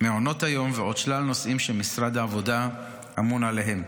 מעונות היום ועוד שלל נושאים שמשרד העבודה אמון עליהם.